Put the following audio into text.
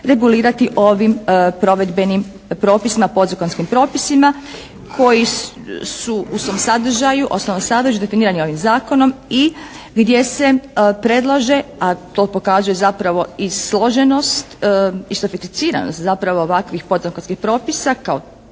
regulirati ovim provedbenim propisima, podzakonskim propisima koji su u svom sadržaju, osnovnom sadržaju definiranje ovim Zakonom i gdje se predlaže, a to pokazuje zapravo i složenost i sofisticiranost zapravo ovakvih podzakonskih propisa kao